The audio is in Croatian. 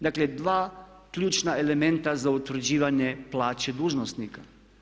Dakle, dva ključna elementa za utvrđivanje plaće dužnosnika.